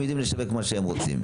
הם יודעים לשווק מה שהם רוצים.